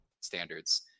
standards